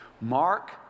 Mark